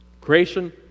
Creation